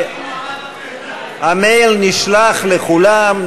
המייל נשלח לכולם,